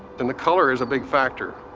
and the color is a big factor,